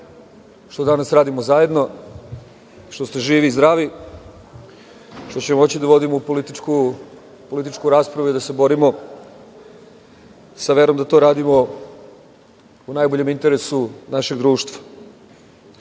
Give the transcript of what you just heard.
što danas radimo zajedno, što ste živi i zdravi, što ćemo moći da vodimo političku raspravu i da se borimo sa verom da to radimo u najboljem interesu našeg društva. Na